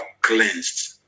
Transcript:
cleansed